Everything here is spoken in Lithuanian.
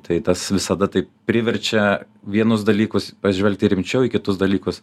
tai tas visada taip priverčia vienus dalykus pažvelgti rimčiau į kitus dalykus